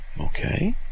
Okay